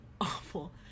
awful